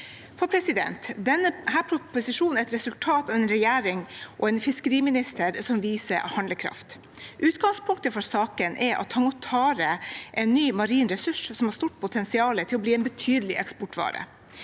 og fiskevarer. Denne proposisjonen er et resultat av arbeidet til en regjering og en fiskeriminister som viser handlekraft. Utgangspunktet for saken er at tang og tare er en ny marin ressurs som har stort potensial til å bli en betydelig eksportvare.